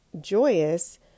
joyous